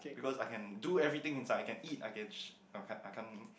because I can do everything inside I can eat I can sh~ I can't I can't